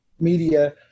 media